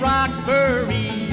Roxbury